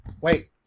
wait